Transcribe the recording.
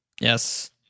Yes